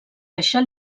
deixar